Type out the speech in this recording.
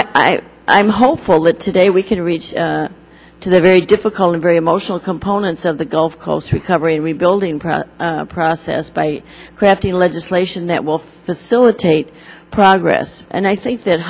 i i'm hopeful that today we can reach to the very difficult and very emotional components of the gulf coast recovery rebuilding process process by crafting legislation that will facilitate progress and i think that